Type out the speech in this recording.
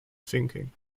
thinking